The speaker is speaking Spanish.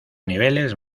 niveles